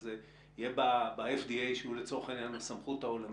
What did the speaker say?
חשוב מאוד שההיערכות הזאת תהיה לאומית וברמה הלאומית.